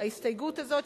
ההסתייגות הזאת,